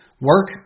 Work